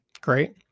Great